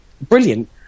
brilliant